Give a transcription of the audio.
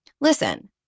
Listen